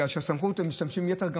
כי גם ככה הם משתמשים בסמכות יתר.